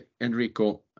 Enrico